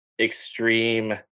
extreme